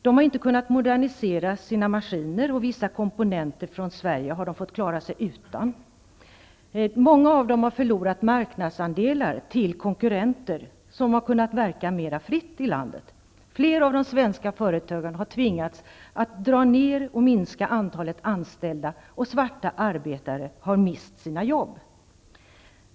De har inte kunnat modernisera sina maskiner, och vissa komponenter från Sverige har de fått klara sig utan. Många av dem har förlorat marknadsandelar till konkurrenter som kunnat verka mera fritt i landet. Flera av de svenska företagen har tvingats minska antalet anställda, och svarta arbetare har mist sina jobb.